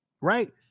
right